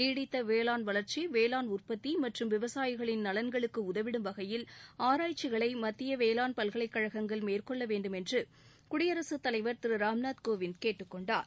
நீடித்த வேளாண் வளர்ச்சி வேளாண் உற்பத்தி மற்றும் விவசாயிகளின் நலன்களுக்கு உதவிடும் வகையில் ஆராய்ச்சிகளை மத்திய வேளாண் பல்கலைக் கழகங்கள் மேற்கொள்ள வேண்டும் என்று சூடியரசு தலைவர் திரு ராம்நாத் கோவிந்த் கேட்டுக்கொண்டார்